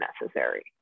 necessary